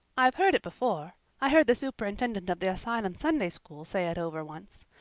i've heard it before i heard the superintendent of the asylum sunday school say it over once.